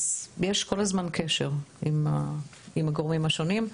אז יש כל הזמן קשר עם הגורמים השונים.